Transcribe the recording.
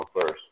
first